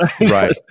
right